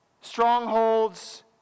Strongholds